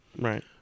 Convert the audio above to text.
Right